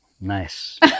nice